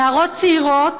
נערות צעירות,